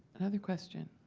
another question.